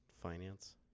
Finance